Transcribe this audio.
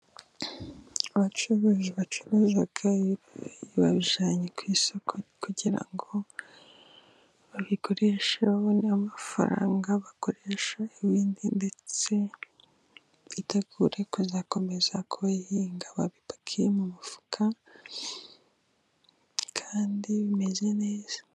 Abacuruzi bacuruza ibintu babijyanye ku isoko kugira ngo babigurishe babone amafaranga bakoresha ibindi , ndetse bitegure kuzakomeza kubihinga . Babipakiye mu mufuka kandi bimeze neza.